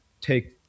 take